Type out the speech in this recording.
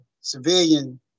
civilian